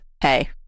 hey